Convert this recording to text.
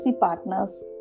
partners